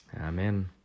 Amen